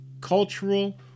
cultural